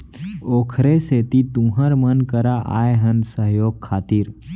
ओखरे सेती तुँहर मन करा आए हन सहयोग खातिर